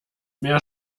meer